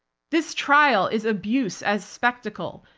this trial is abuse as spectacle,